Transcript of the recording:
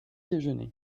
déjeuner